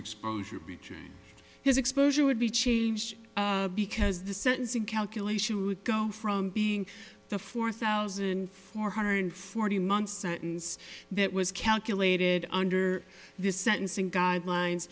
exposure be changed his exposure would be changed because the sentencing calculation would go from being the four thousand four hundred forty month sentence that was calculated under the sentencing guidelines